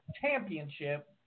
championship